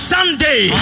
Sunday